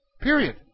Period